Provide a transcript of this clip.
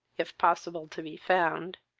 if possible to be found.